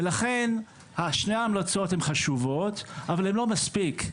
ולכן שני ההמלצות הן חשובות, אבל הן לא מספיק,